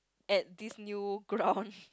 at this new ground